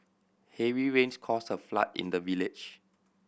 heavy rains caused a flood in the village